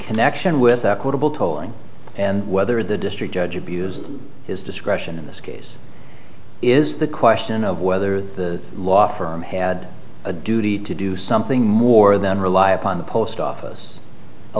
tolling and whether the district judge abused his discretion in this case is the question of whether the law firm had a duty to do something more than rely upon the post office a